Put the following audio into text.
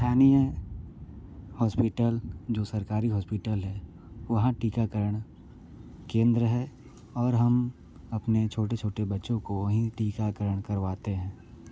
स्थानीय हॉस्पिटल जो सरकारी हॉस्पिटल है वहाँ टीकाकरण केंद्र है और हम अपने छोटे छोटे बच्चों को वही टीकाकरण करवाते है